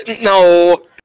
No